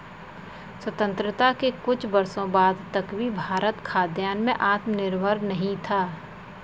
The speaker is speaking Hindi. स्वतंत्रता के कुछ वर्षों बाद तक भी भारत खाद्यान्न में आत्मनिर्भर नहीं था